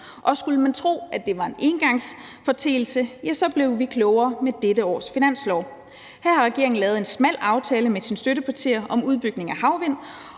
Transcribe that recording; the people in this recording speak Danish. Og skulle man tro, at det var en engangsforeteelse, så blev vi klogere med dette års finanslov. Her har regeringen lavet en smal aftale med sine støttepartier om udbygning af havvind